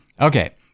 Okay